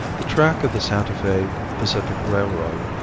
the track of the santa fe pacific railroad,